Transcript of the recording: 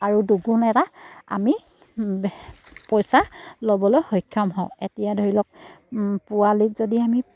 আৰু দুগুণ এটা আমি পইচা ল'বলৈ সক্ষম হওঁ এতিয়া ধৰি লওক পোৱালিত যদি আমি